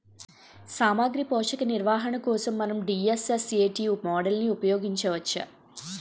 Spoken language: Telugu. సామాగ్రి పోషక నిర్వహణ కోసం మనం డి.ఎస్.ఎస్.ఎ.టీ మోడల్ని ఉపయోగించవచ్చా?